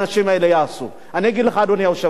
לא, אמרו שהמשרדים יהיו בצפון תל-אביב.